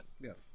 yes